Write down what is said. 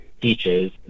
teaches